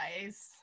guys